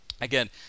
again